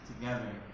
Together